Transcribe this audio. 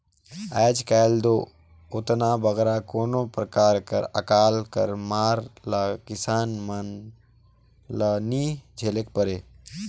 आएज काएल दो ओतना बगरा कोनो परकार कर अकाल कर मार ल किसान मन ल नी झेलेक परे